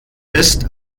ist